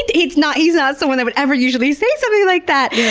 and he's not he's not someone that would ever usually say something like that,